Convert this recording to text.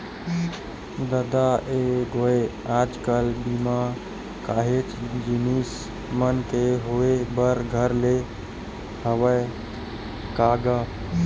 ददा ऐ गोय आज कल बीमा काहेच जिनिस मन के होय बर धर ले हवय का गा?